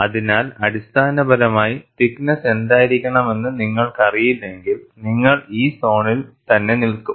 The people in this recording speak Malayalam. അതിനാൽ അടിസ്ഥാനപരമായി തിക്നെസ്സ് എന്തായിരിക്കണമെന്ന് നിങ്ങൾക്കറിയില്ലെങ്കിൽ നിങ്ങൾ ഈ സോണിൽ തന്നെ നിൽക്കും